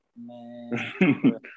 man